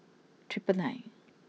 triple nine